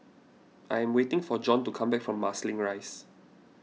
I am waiting for Jon to come back from Marsiling Rise